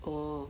orh